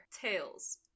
Tails